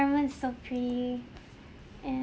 so pretty and